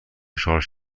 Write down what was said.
شارژ